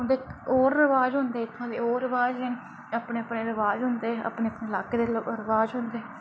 उं'दे होर रवाज होंदे अते होर रवाज होंदे न अपने अपने रवाज होंदे अपने अपने लाके दे रवाज होंदे